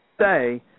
say